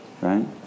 right